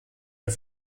wir